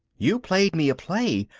you played me a play.